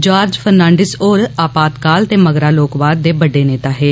George Fernandes होर आपातकाल ते मगरा लोकवाद दे बड्डे नेता हे